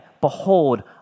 behold